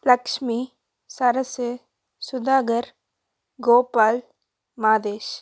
Lakshmi Saras Sudhakar Gopal Madhesh